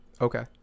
Okay